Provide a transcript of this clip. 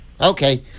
okay